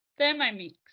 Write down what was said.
Thermomix